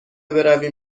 برویم